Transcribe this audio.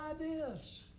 ideas